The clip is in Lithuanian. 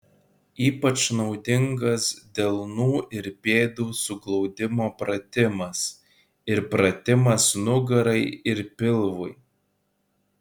ypač naudingas delnų ir pėdų suglaudimo pratimas ir pratimas nugarai ir pilvui